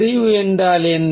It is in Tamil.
செறிவு என்றால் என்ன